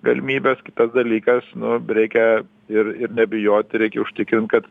galimybės kitas dalykas nu reikia ir ir nebijoti reikia užtikrint kad